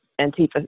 Antifa